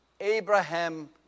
Abraham